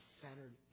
centered